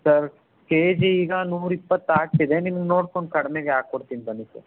sir ಕೆ ಜಿಗೆ ನೂರಿಪ್ಪತ್ತು ಆಗ್ತಿದೆ ನಿಮ್ಗೆ ನೋಡ್ಕೊಂಡು ಕಡಿಮೆಗೆ ಹಾಕೊಡ್ತೀನ್ ಬನ್ನಿ ಸರ್